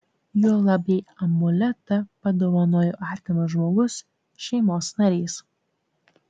juolab jei amuletą padovanojo artimas žmogus šeimos narys